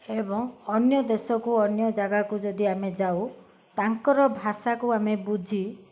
ଏବଂ ଅନ୍ୟ ଦେଶକୁ ଅନ୍ୟ ଜାଗାକୁ ଯଦି ଆମେ ଯାଉ ତାଙ୍କର ଭାଷାକୁ ଆମେ ବୁଝି